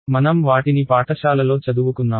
మనం వాటిని పాఠశాలలో చదువుకున్నాము